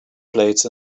plates